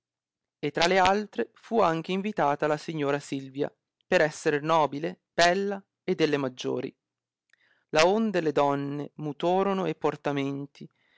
e tra le altre fu anche invitata la signora silvia per esser nobile bella e delle maggiori laonde le donne mutorono e portamenti